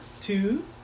two